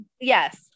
yes